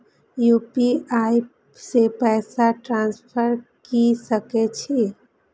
UPI से पैसा transfer की सके छी?